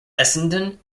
essendon